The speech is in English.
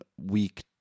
week